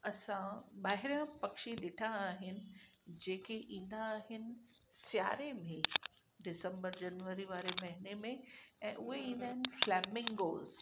असां ॿाहिरां पक्षी ॾिठा आहिनि जेके ईंदा आहिनि सियारे में डिसंबर जनवरी वारे महीने में ऐं उहे ईंदा आहिनि फ्लैमिंगोस